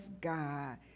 God